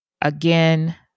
Again